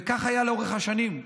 וכך היה לאורך שנים.